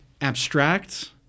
abstract